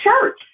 church